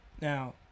now